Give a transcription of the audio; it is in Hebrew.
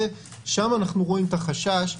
שם אנו רואים את החשש,